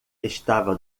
estava